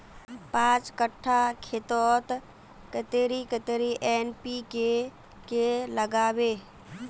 पाँच कट्ठा खेतोत कतेरी कतेरी एन.पी.के के लागबे?